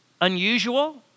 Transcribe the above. unusual